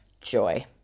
joy